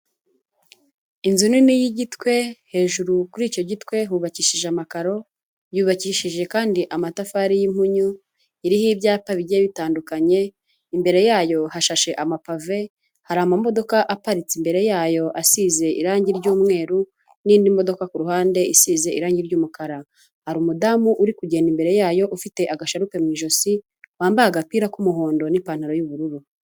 Inzu nini y'igitwe, hejuru kuri icyo gitwe hubakishijwe amakaro, yubakishije kandi amatafari y'impunyu, iriho ibyapa bigiye bitandukanye, imbere yayo hashashe amapave, hari amamodoka aparitse imbere yayo asize irangi ry'umweru, n'indi modoka kuruhande isize irangi ry'umukara. Hari umudamu uri kugenda imbere yayo ufite agasharupe mu ijosi wambaye agapira k'umuhondo n'ipantaro y'ubururu.